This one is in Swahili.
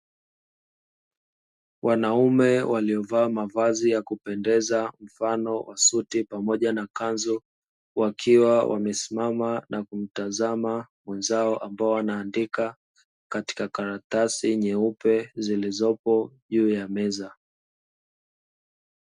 Wanaume waliovaa mavazi ya kupendeza mfano wa suti pamoja na kanzu, wakiwa wamesimama na kumtazama mwenzao ambao anaandika katika karatasi nyeupe zilizopo juu ya meza.